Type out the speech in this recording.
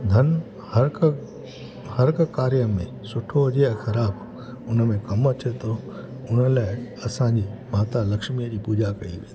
धन हर को हर हिकु कार्य में सुठो हुजे या ख़राबु हुन में कमु अचे थो हुन लाइ असांजी माता लक्ष्मीअ जी पूॼा कई वेंदी आहे